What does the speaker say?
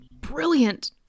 brilliant